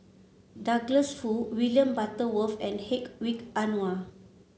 Douglas Foo William Butterworth and Hedwig Anuar